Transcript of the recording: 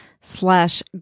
slash